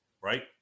Right